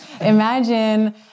Imagine